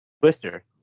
Twister